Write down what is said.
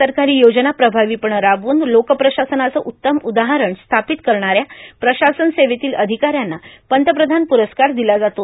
सरकारी योजना प्रभावीपणं राबवून लोकप्रशासनाचं उत्तम उदाहरण स्थापित करणाऱ्या प्रशासन सेवेतील अधिकाऱ्यांना पंतप्रधान पुरस्कार दिला जातो